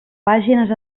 pàgines